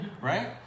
Right